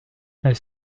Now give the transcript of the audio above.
elle